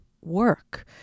work